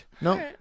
no